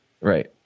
Right